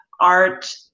art